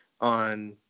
on